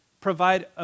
provide